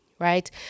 Right